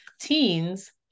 teens